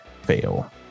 fail